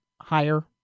higher